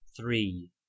three